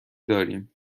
داریم